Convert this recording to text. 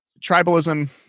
tribalism